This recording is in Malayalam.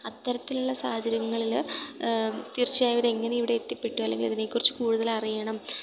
അത്തരത്തിലുള്ള സാഹചര്യങ്ങളിൽ തീർച്ചയായും ഇത് എങ്ങനെ ഇവിടെ എത്തിപ്പെട്ടു അല്ലെങ്കിലിതിനെക്കുറിച്ച് കൂടുതൽ അറിയണം